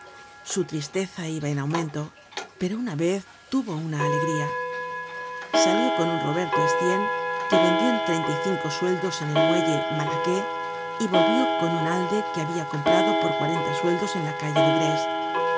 su tristeza iba en aumento pero una vez tuvo una alegría salió con un roberto estiene que vendió en treinta y cinco sueldos en el muelle malaquais y volvió con un alde que habia comprado por cuarenta sueldos en la calle de grés